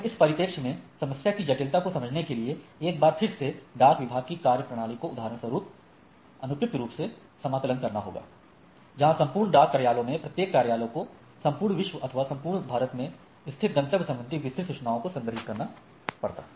हमें इस परिपेक्ष में समस्या की जटिलता को समझने के लिए एक बार फिर से डाक विभाग की कार्यप्रणाली को उदाहरण स्वरूप अनुपयुक्त रूप से समाकलन करना होगा जहां संपूर्ण डाक कार्यालयों में प्रत्येक कार्यालय को संपूर्ण विश्व अथवा समूचे भारत में स्थित गंतव्य संबंधी विस्तृत सूचनाओं को संग्रहित करना पड़ता